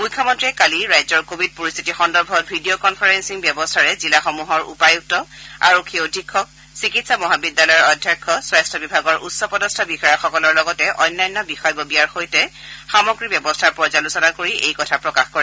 মুখ্যমন্ত্ৰীয়ে কালি ৰাজ্যৰ কোৱিড পৰিস্থিতি সম্পৰ্কত ভিডিঅ কনফাৰেলিং ব্যৱস্থাৰে জিলাসমূহৰ উপায়ুক্ত আৰক্ষী অধীক্ষক চিকিৎসা মহাবিদ্যালয়সমূহৰ অধ্যক্ষ স্বাস্থ বিভাগৰ উচ্চপদস্থ বিষয়াসকলৰ লগতে অন্যান্য বিষয়ববীয়াৰ সৈতে সামগ্ৰিক ব্যৱস্থাৰ পৰ্যালোচনা কৰি এই কথা প্ৰকাশ কৰে